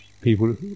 people